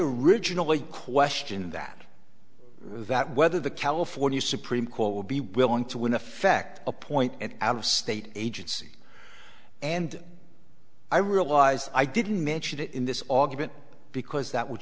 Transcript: originally question that that whether the california supreme court would be willing to in effect appoint and out of state agency and i realize i didn't mention it in this augment because that would